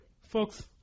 Folks